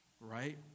right